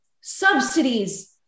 subsidies